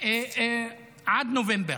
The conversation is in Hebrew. עד נובמבר.